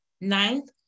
Ninth